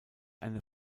eine